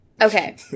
Okay